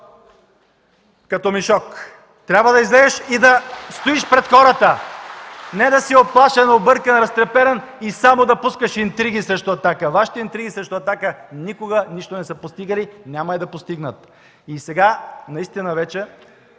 от „Атака”.) Трябва да излезеш и да стоиш пред хората, а не да си уплашен, объркан, разтреперан и само да пускаш интриги срещу „Атака”. Вашите интриги срещу „Атака” никога нищо не са постигали, няма и да постигнат. И сега наистина вече